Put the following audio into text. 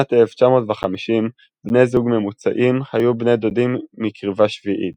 בשנת 1950 בני זוג ממוצעים היו בני דודים מקרבה שביעית.